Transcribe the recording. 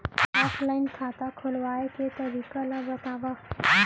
Offline खाता खोलवाय के तरीका ल बतावव?